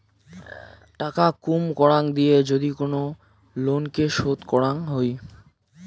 টাকা কুম করাং দিয়ে যদি কোন লোনকে শোধ করাং হই